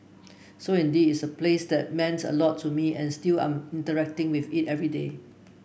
so indeed is a place that meant a lot to me and still I'm interacting with it every day